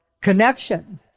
connection